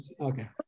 Okay